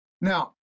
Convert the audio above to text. Now